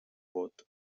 vot